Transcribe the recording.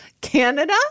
Canada